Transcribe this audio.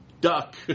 duck